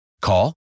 Call